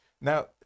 now